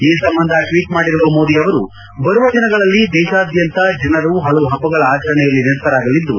ಈ ಸಂಬಂಧ ಟ್ವೀಟ್ ಮಾಡಿರುವ ಮೋದಿ ಅವರು ಬರುವ ದಿನಗಳಲ್ಲಿ ದೇಶಾದ್ದಂತ ಜನರು ಹಲವು ಹಬ್ಬಗಳ ಆಚರಣೆಯಲ್ಲಿ ನಿರತರಾಗಲಿದ್ದು